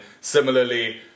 Similarly